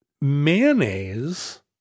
mayonnaise –